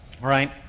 right